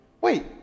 Wait